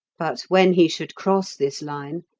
but when he should cross this line,